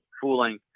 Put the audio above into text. fooling